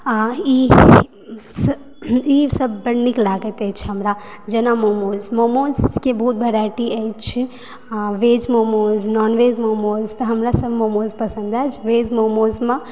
आ ईसभ बड्ड नीक लागैत अछि हमरा जेना मोमोज मोमोजके बहुत वेराइटी अछि वेज मोमोज नॉनवेज मोमोज तऽ हमरा सभ मोमोज पसन्द अछि वेजमोमोजमऽ